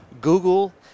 Google